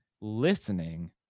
listening